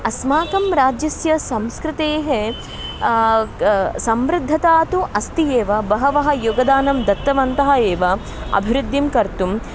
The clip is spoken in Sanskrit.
अस्माकं राज्यस्य संस्कृतेः समृद्धता तु अस्ति एव बहवः योगदानं दत्तवन्तः एव अभिवृद्धिं कर्तुम्